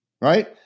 right